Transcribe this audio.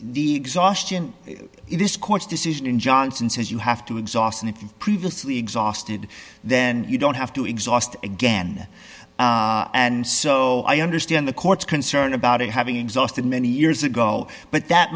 the exhaustion in this court's decision in johnson says you have to exhaust and if you've previously exhausted then you don't have to exhaust again and so i understand the court's concern about it having exhausted many years ago but that